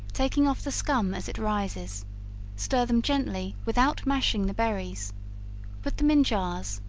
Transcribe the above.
taking off the scum as it rises stir them gently without mashing the berries put them in jars,